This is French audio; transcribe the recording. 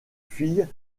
filles